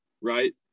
right